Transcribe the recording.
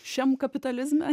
šiam kapitalizme